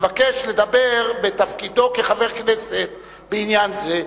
מבקש לדבר בתפקידו כחבר הכנסת בעניין זה.